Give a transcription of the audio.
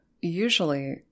usually